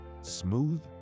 smooth